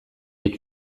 est